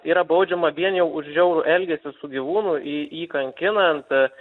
yra baudžiama vien jau už žiaurų elgesį su gyvūnu jį kankinant